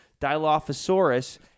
Dilophosaurus